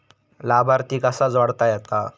लाभार्थी कसा जोडता येता?